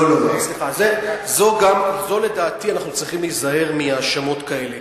לא, לדעתי, אנחנו צריכים להיזהר מהאשמות כאלה,